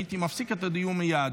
הייתי מפסיק את הדיון מייד.